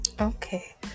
Okay